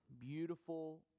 beautiful